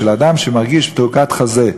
כשאדם מרגיש תעוקת חזה,